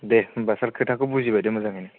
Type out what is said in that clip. दे होनब्ला सार खोथाखौ बुजिबाय दे मोजाङै